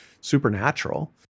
supernatural